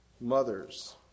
Mothers